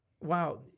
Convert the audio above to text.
Wow